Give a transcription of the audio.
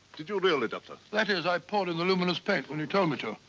did you really, doctor? that is i poured and the luminous paint when he told me to.